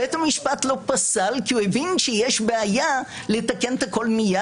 בית המשפט לא פסל כי הוא הבין שיש בעיה לתקן את הכול מיד.